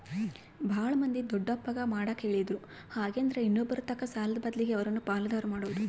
ಬಾಳ ಮಂದಿ ದೊಡ್ಡಪ್ಪಗ ಮಾಡಕ ಹೇಳಿದ್ರು ಹಾಗೆಂದ್ರ ಇನ್ನೊಬ್ಬರತಕ ಸಾಲದ ಬದ್ಲಗೆ ಅವರನ್ನ ಪಾಲುದಾರ ಮಾಡೊದು